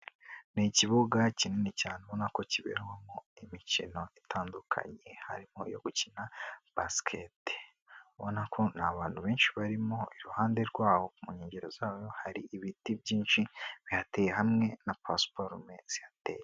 Ni ikibuga kinini cyane ubona ko kiberamo imikino itandukanye harimo iyo gukina basiketi, ubona ko nta bantu benshi barimo, iruhande rwaho mu nkengero zaho hari ibiti byinshi bihateye hamwe na pasuparume zihateye.